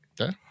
Okay